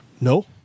No